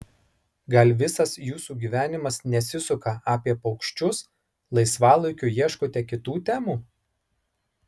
gal visas jūsų gyvenimas nesisuka apie paukščius laisvalaikiu ieškote kitų temų